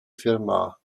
fermat